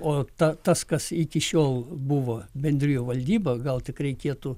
o ta tas kas iki šiol buvo bendrijų valdyba gal tik reikėtų